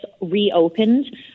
reopened